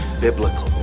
biblical